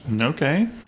Okay